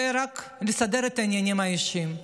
ורק לסדר את העניינים האישיים.